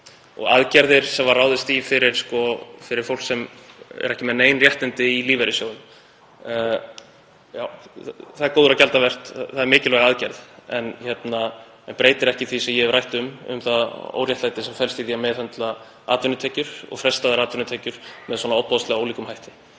Aðgerðin sem ráðist var í fyrir fólk sem ekki er með nein réttindi í lífeyrissjóðum er góðra gjalda verð. Það er mikilvæg aðgerð en breytir ekki því sem ég hef rætt um varðandi það óréttlæti sem felst í því að meðhöndla atvinnutekjur og frestaðar atvinnutekjur með svona ofboðslega ólíkum hætti.